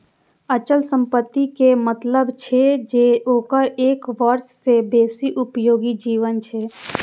अचल संपत्ति के मतलब छै जे ओकर एक वर्ष सं बेसी उपयोगी जीवन छै